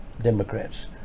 democrats